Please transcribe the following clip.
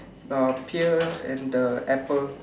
the pier and the apple